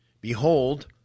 Behold